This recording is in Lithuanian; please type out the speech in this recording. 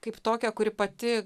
kaip tokią kuri pati